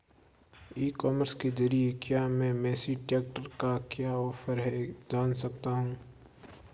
ई commerce के ज़रिए क्या मैं मेसी ट्रैक्टर का क्या ऑफर है जान सकता हूँ?